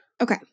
Okay